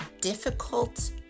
difficult